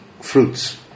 fruits